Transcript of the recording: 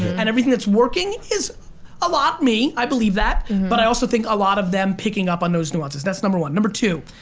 and everything that's working is a lot me, i believe that, but i also think a lot of them picking up on those nuances. that's number one. number two,